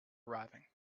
arriving